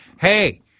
hey